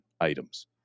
items